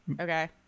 Okay